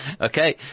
Okay